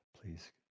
please